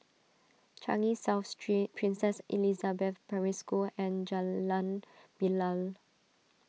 Changi South Street Princess Elizabeth Primary School and Jalan Bilal